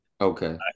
Okay